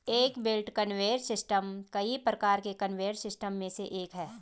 एक belt conveyor system कई प्रकार के कन्वेयर सिस्टम में से एक है